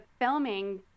filming